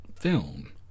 film